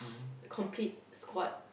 complete squad